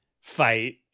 fight